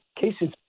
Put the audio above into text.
cases